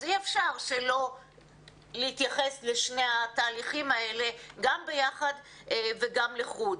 אז אי אפשר שלא להתייחס לשני התהליכים האלה גם ביחד וגם לחוד.